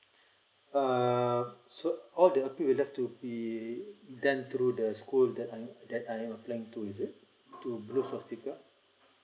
uh so all the appeal we like to be then through the school that I uh that I'm applying to is it to blue softical